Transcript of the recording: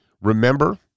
Remember